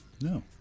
No